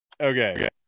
Okay